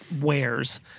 wares